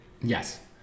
Yes